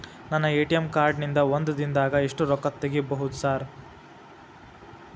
ನನ್ನ ATM card ನಿಂದಾ ಒಂದ್ ದಿಂದಾಗ ಎಷ್ಟ ರೊಕ್ಕಾ ತೆಗಿಬೋದು ಸಾರ್?